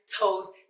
toes